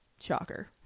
shocker